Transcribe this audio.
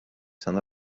tan